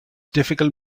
difficult